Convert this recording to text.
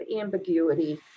ambiguity